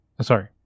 Sorry